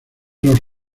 los